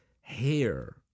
hair